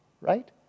right